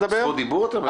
לדבר.